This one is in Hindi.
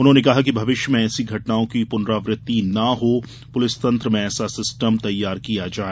उन्होंने कहा कि भविष्य में ऐसी घटनाओं की पुनरावृत्ति न हो पुलिस तंत्र में एक ऐसा सिस्टम तैयार किया जाए